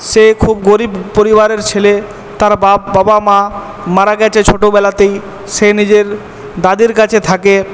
সে খুব গরিব পরিবারের ছেলে তার বাপ বাবা মা মারা গেছে ছোটোবেলাতেই সে নিজের দাদির কাছে থাকে